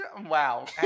Wow